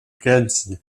grenzen